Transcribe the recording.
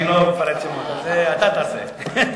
זה אתה תעשה.